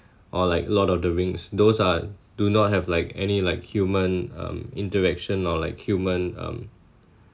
or like lord of the rings those are do not have like any like human um interaction or like human um